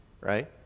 right